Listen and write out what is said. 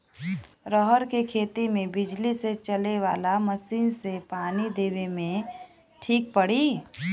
रहर के खेती मे बिजली से चले वाला मसीन से पानी देवे मे ठीक पड़ी?